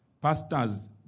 pastors